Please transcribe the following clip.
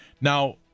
Now